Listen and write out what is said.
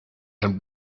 and